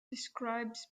describes